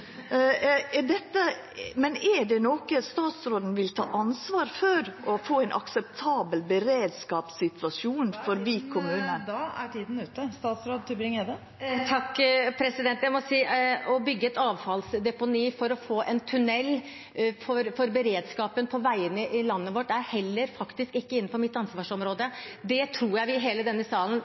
Men er dette noko statsråden vil ta ansvaret for: å få ein akseptabel beredskapssituasjon for Vik kommune? Å bygge et avfallsdeponi for å få en tunnel for beredskapen på veiene i landet vårt er faktisk heller ikke innenfor mitt ansvarsområde. Det tror jeg hele denne salen